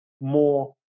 more